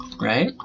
right